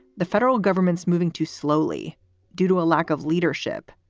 the federal government's moving too slowly due to a lack of leadership.